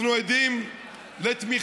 אנחנו עדים לתמיכה,